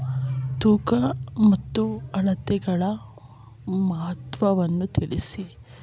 ತೂಕ ಮತ್ತು ಅಳತೆಗಳ ಮಹತ್ವವನ್ನು ತಿಳಿಸಿ?